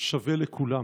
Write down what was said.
שווה לכולם.